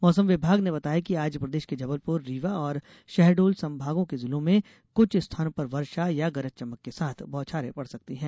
मौसम विभाग ने बताया कि आज प्रदेश के जबलप्र रीवा और शहडोल संभागों के जिलों में कुछ स्थानों पर वर्षा या गरज चमक के साथ बौछारें पड सकती है